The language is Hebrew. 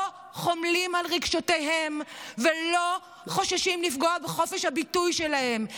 לא חומלים על רגשותיהם ולא חוששים לפגוע בחופש הביטוי שלהם.